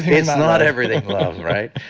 it's not everything love, right?